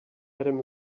adam